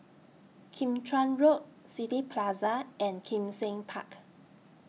Kim Chuan Road City Plaza and Kim Seng Park